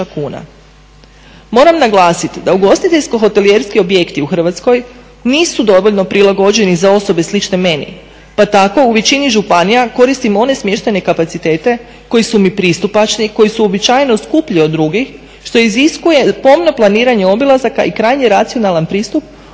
Moram naglasiti da ugostiteljsko-hotelijerski objekti u Hrvatskoj nisu dovoljno prilagođeni za osobe slične meni pa tako u većini županija koristim one smještajne kapacitete koji su mi pristupačni i koji su uobičajeno skuplji od drugih što iziskuje pomno planiranje obilazaka i krajnje racionalan pristup,